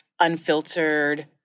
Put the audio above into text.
unfiltered